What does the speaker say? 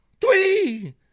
three